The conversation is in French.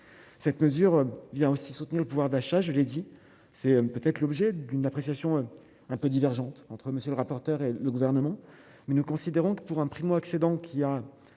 cette mesure il y a aussi soutenu le pouvoir d'achat, je l'ai dit, c'est peut-être l'objet d'une appréciation un peu divergentes entre monsieur le rapporteur et le gouvernement, mais nous considérons que pour un primo-accédants qui a